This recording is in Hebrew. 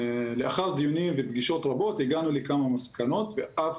לאחר דיונים ופגישות רבות הגענו לכמה מסקנות ואף